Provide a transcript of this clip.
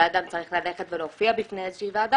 שהאדם צריך ללכת ולהופיע בפני איזושהי ועדה,